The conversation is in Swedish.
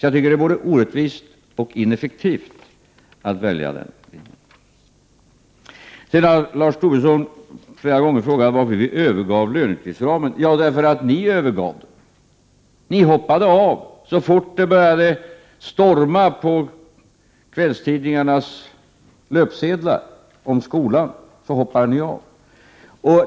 Jag tycker att det vore orättvist och ineffektivt att välja den metoden. Sedan har Lars Tobisson flera gånger frågat varför vi övergav lönetidsramen. Svaret är: Därför att ni övergav den. Så fort man på kvällstidningarnas löpsedlar började blåsa upp till storm hoppade ni av.